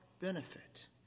benefit